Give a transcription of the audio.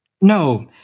No